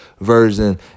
version